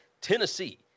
Tennessee